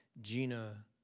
Gina